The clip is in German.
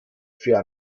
für